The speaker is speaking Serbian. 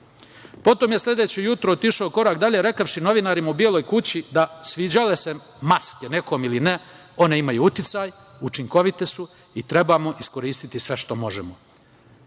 Potom je sledeće jutro otišao korak dalje, rekavši novinarima u Beloj kući da, sviđale se maske nekom ili ne, one imaju uticaj, učinkovite su i trebamo iskoristiti sve što možemo. Eto